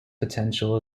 potential